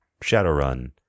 Shadowrun